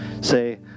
Say